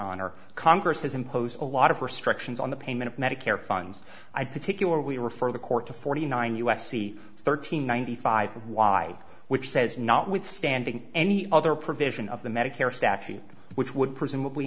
honor congress has imposed a lot of restrictions on the payment of medicare funds i particularly refer the court to forty nine u s c thirteen ninety five y which says notwithstanding any other provision of the medicare statute which would presumably